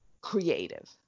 creative